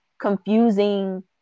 confusing